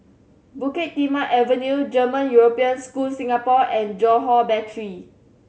Bukit Timah Avenue German European School Singapore and Johore Battery